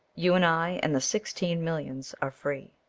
you, and i, and the sixteen millions are free,